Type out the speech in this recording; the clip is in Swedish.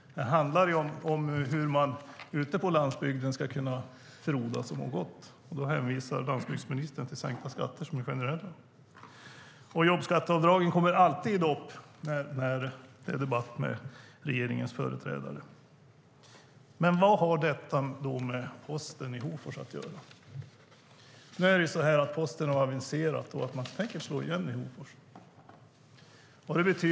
Det handlar om hur man ute på landsbygden ska kunna frodas och må gott, och då hänvisar landsbygdsministern till sänkta skatter som är generella. Jobbskatteavdragen kommer alltid upp när det är debatt med regeringens företrädare. Men vad har det med Posten i Hofors att göra? Posten har aviserat att man tänker slå igen i Hofors.